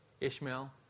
Ishmael